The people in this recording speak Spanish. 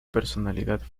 personalidad